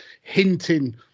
hinting